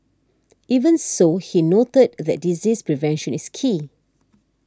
even so he noted that disease prevention is key